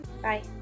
Bye